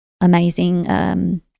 amazing